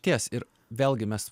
ties ir vėlgi mes